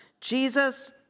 Jesus